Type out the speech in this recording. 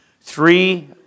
three